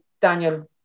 daniel